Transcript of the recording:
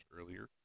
earlier